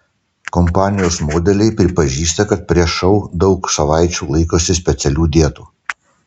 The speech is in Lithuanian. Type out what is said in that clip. kompanijos modeliai pripažįsta kad prieš šou daug savaičių laikosi specialių dietų